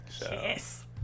Yes